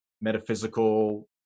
metaphysical